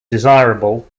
desirable